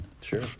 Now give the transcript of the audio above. Sure